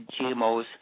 GMOs